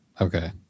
Okay